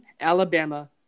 Alabama